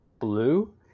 blue